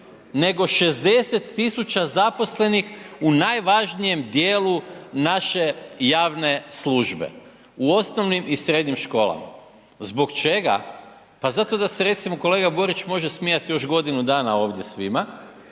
nego 60 tisuća zaposlenih u najvažnijem dijelu naše javne službe u osnovnim i srednjim školama. Zbog čega? Pa zato da se recimo kolega Borić može smijati još godinu dana ovdje svima,